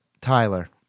Tyler